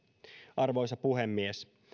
arvoisa puhemies